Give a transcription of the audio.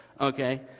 okay